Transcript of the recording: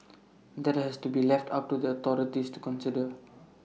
that has to be left up to the authorities to consider